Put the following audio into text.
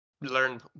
learn